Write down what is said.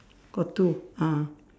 got two ah